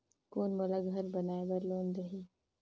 कौन मोला घर बनाय बार लोन देही?